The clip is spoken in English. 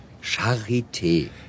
Charité